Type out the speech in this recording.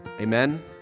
Amen